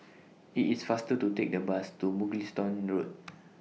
IT IS faster to Take The Bus to Mugliston Road